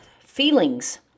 feelings